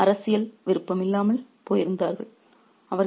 அவர்கள் அரசியல் விருப்பமில்லாமல் போயிருந்தார்கள்